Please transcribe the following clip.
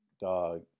Dog